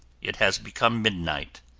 it has become midnight.